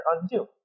undo